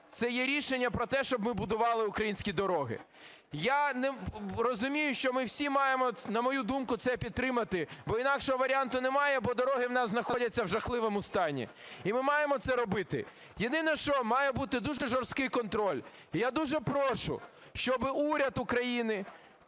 це є рішення про те, щоб ми будували українські дороги. Я розумію, що ми всі маємо, на мою думку, це підтримати, бо інакшого варіанту немає, бо дороги у нас знаходяться у жахливому стані, і ми маємо це робити. Єдине що, має бути дуже жорсткий контроль. І я дуже прошу, щоб уряд України,